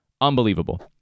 Unbelievable